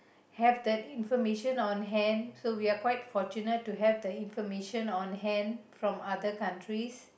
have that information on hand so we are quite fortunate to have the information on hand from other countries